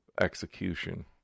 execution